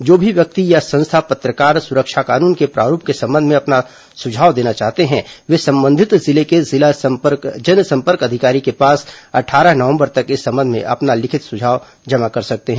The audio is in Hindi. जो भी व्यक्ति या संस्था पत्रकार सुरक्षा कानून के प्रारूप के संबंध में अपना सुझाव देना चाहते हैं वे संबंधित जिले के जिला जनसम्पर्क अधिकारी के पास अट्ठारह नवम्बर तक इस संबंध में अपना लिखित सुझाव जमा कर सकते हैं